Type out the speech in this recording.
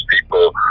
people